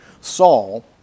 Saul